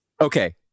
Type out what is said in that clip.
Okay